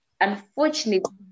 unfortunately